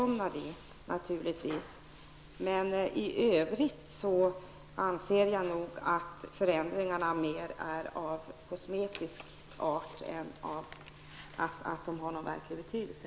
Men i övrigt anser jag nog att förändringarna mer är av kosmetisk art än att de har någon verklig betydelse.